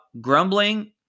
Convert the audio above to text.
grumbling